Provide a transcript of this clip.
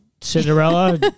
Cinderella